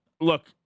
look